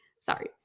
sorry